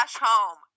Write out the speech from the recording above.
home